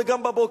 וגם בבוקר,